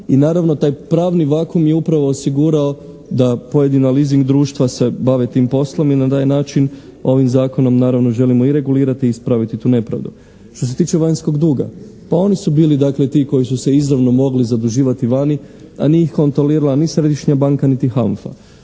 i naravno taj pravni vakuum je upravo osigurao da pojedina leasing društva se bave tim poslom i na taj način ovim Zakonom naravno želimo i regulirati i ispraviti tu nepravdu. Što se tiče vanjskog duga oni su bili dakle ti koji su se izravno mogli zaduživati vani, a nije ih kontrolirala ni Središnja banka niti HANFA.